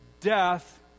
death